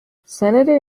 senator